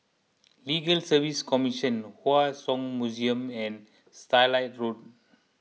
Legal Service Commission Hua Song Museum and Starlight Road